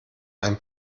ein